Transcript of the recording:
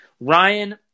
Ryan